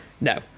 no